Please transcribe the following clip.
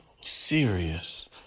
serious